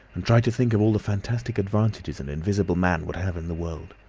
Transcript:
and tried to think of all the fantastic advantages an invisible man would have in the world.